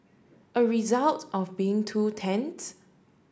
a result of being two tents